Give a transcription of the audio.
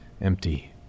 empty